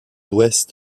ouest